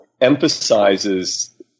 emphasizes